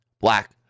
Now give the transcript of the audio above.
Black